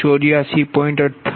58 181